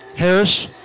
Harris